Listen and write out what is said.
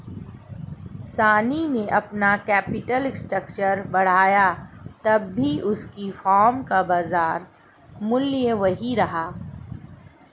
शनी ने अपना capital structure बढ़ाया तब भी उसकी फर्म का बाजार मूल्य वही रहा